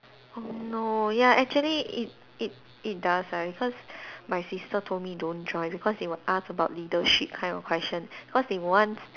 um no ya actually it it it does lah because my sister told me don't join because they will ask about leadership kind of question cause they wants